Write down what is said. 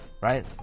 right